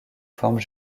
formes